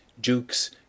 dukes